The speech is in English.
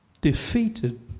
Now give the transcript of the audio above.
defeated